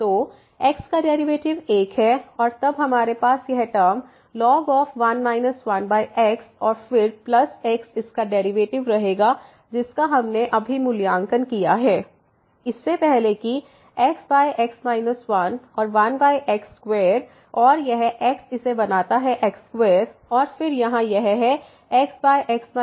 तो x का derivative है और तब हमारे पास यह टर्म ln 1 1x और फिर प्लस x इसका डेरिवेटिव रहेगा जिसका हमने अभी मूल्यांकन किया है इससे पहले कि xx 1 और 1x2 और यह x इसे बनाता है x2 और फिर यहाँ यह है xx 11x2